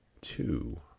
Two